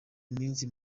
iminsi